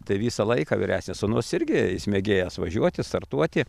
tai visą laiką vyresnis sūnus irgi mėgėjas važiuoti startuoti